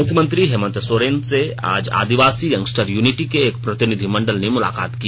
मुख्यमंत्री हेमंत सोरेन से आज आदिवासी यंगस्टर यूनिटी के एक प्रतिनिधिमंडल ने मुलाकात की